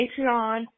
Patreon